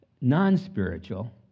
non-spiritual